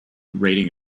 rating